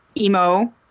emo